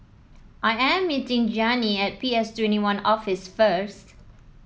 I am meeting Gianni at P S Twenty One Office first